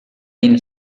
ihnen